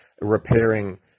repairing